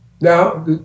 Now